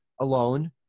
alone